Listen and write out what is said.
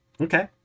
okay